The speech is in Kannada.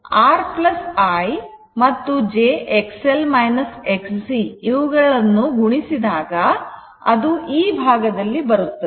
R I ಮತ್ತು ಇವೆರಡನ್ನು ಗುಣಿಸಿದಾಗ ಅದು ಈ ಭಾಗದಲ್ಲಿ ಬರುತ್ತದೆ